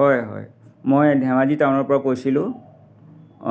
হয় হয় মই ধেমাজি টাউনৰ পৰা কৈছিলোঁ